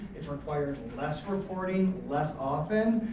it's required less reporting, less often,